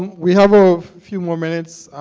we have a few more minutes.